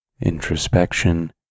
introspection